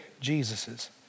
Jesus's